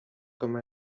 comme